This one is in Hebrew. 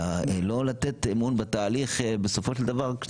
אלא לא לתת אמון בתהליך בסופו של דבר.